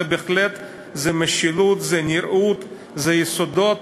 בהחלט זה משילות, זה נראות, זה היסודות